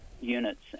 units